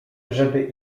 żeby